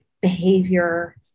behavior